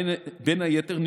בין היתר,